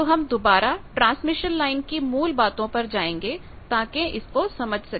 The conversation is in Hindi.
तो हम दोबारा ट्रांसमिशन लाइन की मूल बातों पर जाएंगे ताकि इसको समझ सके